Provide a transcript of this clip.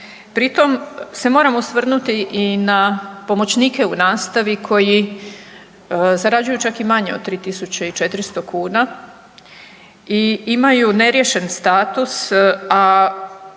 Pritom se moram osvrnuti i na pomoćnike u nastavi koji zarađuju čak i manje od 3.400 kuna i imaju neriješen status, a